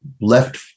left